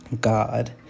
God